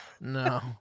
no